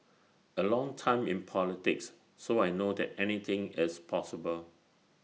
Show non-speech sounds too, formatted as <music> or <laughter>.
<noise> A long time in politics so I know that anything is possible